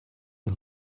you